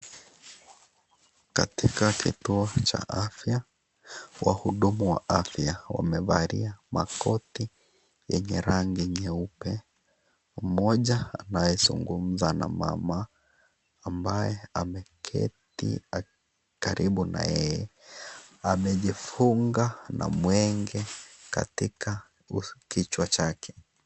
Katika kituo cha afya wahudumu wa afya wamevalia makoti yenye rangi nyeupe. Mmoja anaye zungumza na mama ambaye ameketi karibu na yeye amejifunga na mwenge katika kichwa chake.